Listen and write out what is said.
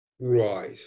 Right